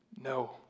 No